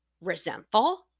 resentful